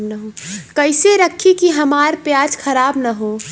कइसे रखी कि हमार प्याज खराब न हो?